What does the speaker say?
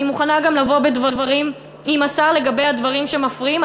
אני מוכנה גם לבוא בדברים עם השר לגבי הדברים שמפריעים.